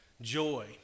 joy